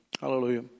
Hallelujah